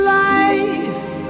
life